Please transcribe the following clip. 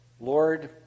Lord